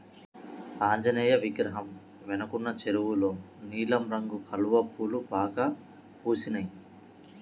ఆంజనేయ విగ్రహం వెనకున్న చెరువులో నీలం రంగు కలువ పూలు బాగా పూసినియ్